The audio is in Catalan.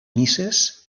misses